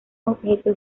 objeto